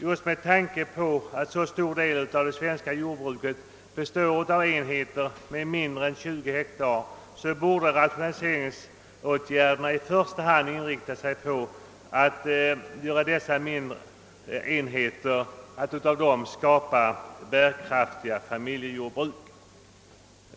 Just med tanke på att en så stor del av det svenska jordbruket består av enheter med mindre än 20 hektar borde rationaliseringsåtgärderna i första hand inriktas på att av dessa mindre enheter skapa bärkraftiga familjejordbruk.